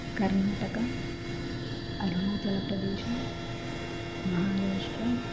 Karnataka Arunachal Pradesh Maharashtra